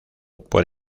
por